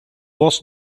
was